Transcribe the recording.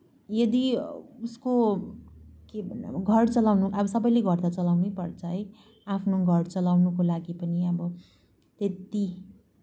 यदि उसको के भन्नु अब घर चलाउन अब सबैले घर त चलाउनै पर्छ है आफ्नो घर चलाउनुको लागि पनि अब त्यति